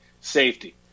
safety